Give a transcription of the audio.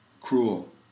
cruel